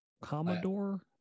commodore